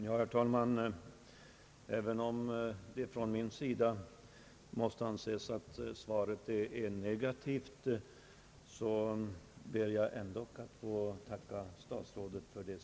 Herr talman! Även om det från min sida måste anses att svaret är negativt, ber jag ändå att få tacka statsrådet för det.